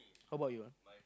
how bout you ah